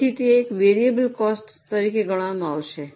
તેથી તે એક વેરિયેબલ કોસ્ટ તરીકે ગણવામાં આવશે